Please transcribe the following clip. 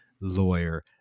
lawyer